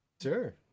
sure